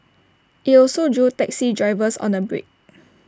IT also drew taxi drivers on A break